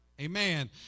Amen